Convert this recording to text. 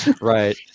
Right